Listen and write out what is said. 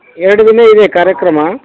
ಎರಡು ದಿನ ಇದೆ ಕಾರ್ಯಕ್ರಮ